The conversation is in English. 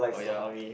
orh ya